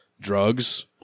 Drugs